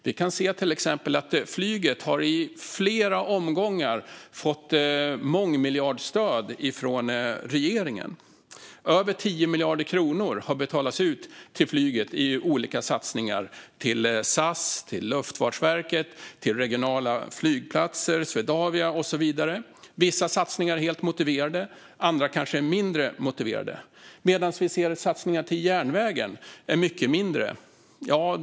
Vi kan till exempel se att flyget i flera omgångar har fått mångmiljardstöd från regeringen. Över 10 miljarder kronor har betalats ut till flyget i olika satsningar - till SAS, Luftfartsverket, regionala flygplatser, Swedavia och så vidare. Vissa satsningar är helt motiverade, medan andra kanske är mindre motiverade. Samtidigt ser vi att satsningarna på järnväg är mycket mindre.